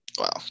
Wow